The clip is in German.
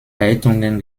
leitungen